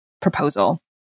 proposal